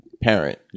parent